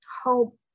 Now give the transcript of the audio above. Hope